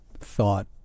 thought